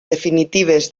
definitives